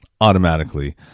automatically